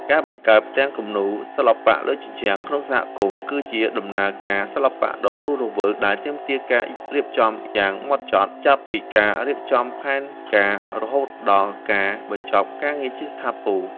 ការបង្កើតផ្ទាំងគំនូរសិល្បៈលើជញ្ជាំងក្នុងសហគមន៍ គឺជាដំណើរការសិល្បៈដ៏រស់រវើកដែលទាមទារការរៀបចំយ៉ាងហ្មត់ចត់ ចាប់ពីការរៀបចំផែនការរហូតដល់ការបញ្ចប់ការងារជាស្ថាពរ។